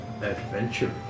Adventure